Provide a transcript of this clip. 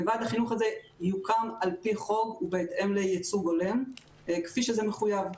ועד החינוך הזה יוקם לפי חוק ועל-פי ייצוג הולם כפי שזה מחויב.